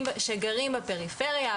גרים בפריפריה,